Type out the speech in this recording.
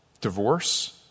divorce